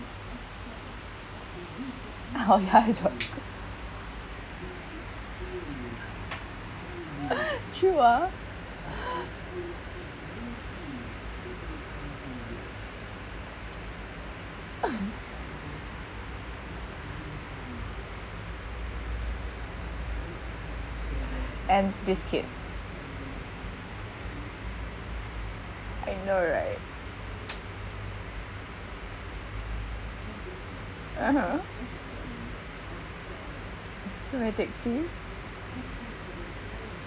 oh ya I don't you ah and biscuit I know right (uh huh) so addictive